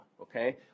okay